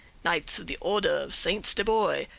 knights of the order of st. steboy,